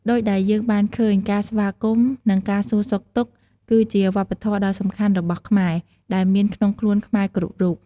ដូចដែលយើងបានឃើញ ការស្វាគមន៍ និងការសួរសុខទុក្ខ គឺជាវប្បធម៌ដ៏សំខាន់របស់ខ្មែរ ដែលមានក្នុងខ្លួនខ្មែរគ្រប់រូប។